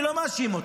אני לא מאשים אותו.